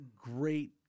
great